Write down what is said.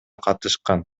катышкан